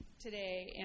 today